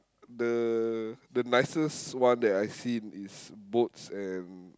the the nicest one that I've seen is boats and